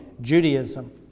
Judaism